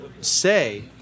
say